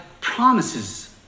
promises